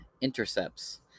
intercepts